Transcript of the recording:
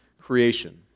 creation